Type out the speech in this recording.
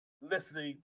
listening